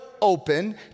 open